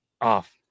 off